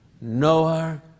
Noah